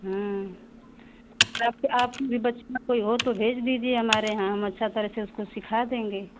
आप आपके कोई बच्ची हो तो भेज दीजिए हमारे यहाँ हम अच्छा तरह से उसको सिखा देंगे